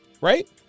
right